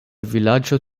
vilaĝo